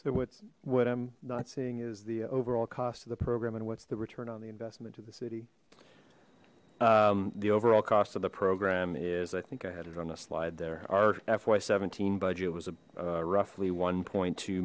so what what i'm not saying is the overall cost of the program and what's the return on the investment to the city the overall cost of the program is i think i had it on a slide there are fy seventeen budget was a roughly one